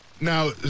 Now